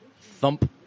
Thump